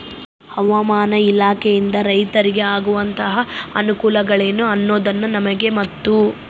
ಹವಾಮಾನ ಇಲಾಖೆಯಿಂದ ರೈತರಿಗೆ ಆಗುವಂತಹ ಅನುಕೂಲಗಳೇನು ಅನ್ನೋದನ್ನ ನಮಗೆ ಮತ್ತು?